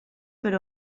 per